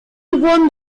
won